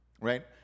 right